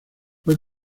fue